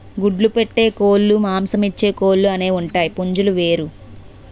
గుడ్లు పెట్టే కోలుమాంసమిచ్చే కోలు అనేవుంటాయి పుంజులు వేరు